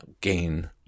gain